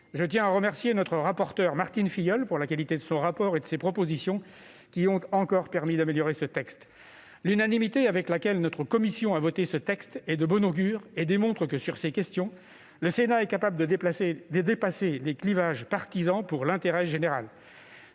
je tiens à remercier notre rapporteure Martine Filleul de la qualité de son rapport et de ses propositions qui ont encore permis d'améliorer ce texte. L'unanimité avec laquelle notre commission a voté celui-ci est de bon augure et démontre que, sur ces questions, le Sénat est capable de dépasser les clivages partisans pour l'intérêt général.